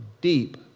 deep